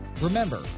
Remember